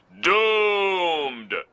Doomed